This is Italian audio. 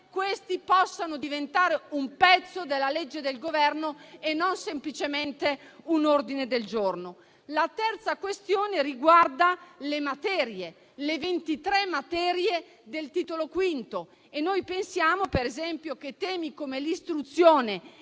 maniera trasversale un pezzo della legge del Governo e non semplicemente un ordine del giorno. La terza questione riguarda le 23 materie del Titolo V: pensiamo per esempio che temi come l'istruzione